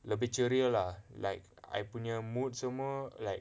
lebih ceria lah like I punya mood semua like